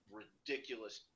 ridiculous